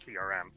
CRM